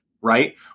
right